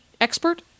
expert